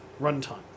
runtime